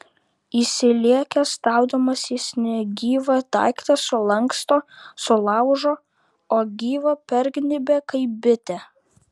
įsilėkęs stabdomas jis negyvą daiktą sulanksto sulaužo o gyvą pergnybia kaip bitę